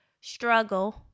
struggle